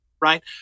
right